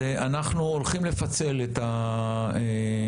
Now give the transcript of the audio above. אנחנו הולכים לפצל את ההצעה